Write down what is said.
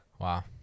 Wow